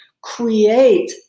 Create